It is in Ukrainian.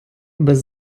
без